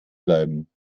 bleiben